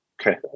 Okay